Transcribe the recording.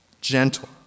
gentle